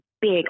big